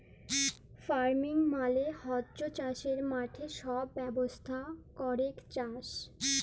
farming মালে হচ্যে চাসের মাঠে সব ব্যবস্থা ক্যরেক চাস